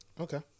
Okay